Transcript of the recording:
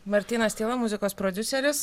martynas tyla muzikos prodiuseris